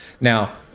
now